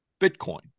Bitcoin